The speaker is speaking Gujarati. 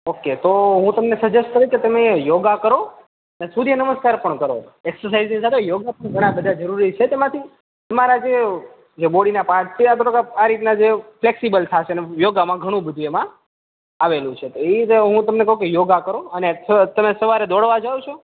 ઓકે તો હું તમને સજેસ્ટ કરીશ કે તમે યોગ્ય કરો અને સૂર્યનમસ્કાર પણ કરો એક્સરસાઈઝ પણ યોગ્ય પણ ઘણાં બધાં જરૂરી છે એમાંથી મારા જે જે બોડીના પાર્ટસ છે આ રીતના જે ફ્લેક્સિબલ થશેને યોગમાં ઘણું બધુ એમાં આવેલું છે અને ઈ એટલે યોગા કરો અને તમે રોજ સવારે દોડવા જાવ છો